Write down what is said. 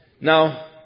Now